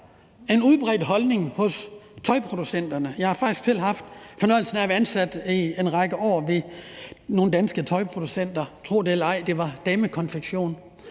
en udbredt holdning hos tøjproducenterne; jeg har faktisk selv haft fornøjelsen af at være ansat i en række år ved nogle danske tøjproducenter – tro det eller ej, det var damekonfektion,